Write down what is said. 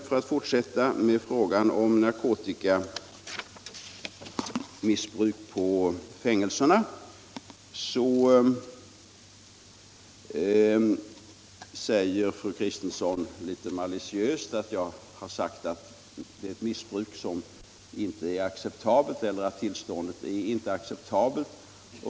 För att fortsätta med frågan om narkotikamissbruk på fängelserna så säger fru Kristensson litet maliciöst att jag har anfört att det är ett missbruk som inte är acceptabelt eller att tillståndet inte är acceptabelt.